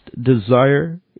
desire